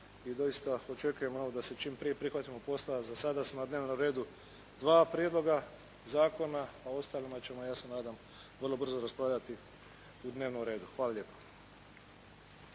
se ne razumije./ … da se čim prije prihvatimo posla. A za sada su na dnevnom redu dva prijedloga zakona, a o ostalima ćemo ja se nadam vrlo brzo raspravljati u dnevnom redu. Hvala lijepa.